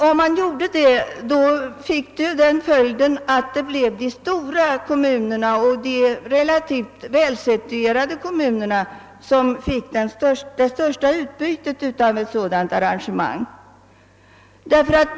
Om man gjorde det, skulle det få den följden, att det bleve de stora kommunerna och de relativt välsituerade kommunerna som finge det största utbytet av ett sådant arrangemang.